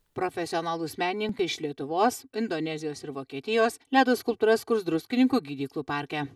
profesionalūs menininkai iš lietuvos indonezijos ir vokietijos ledo skulptūras kurs druskininkų gydyklų parke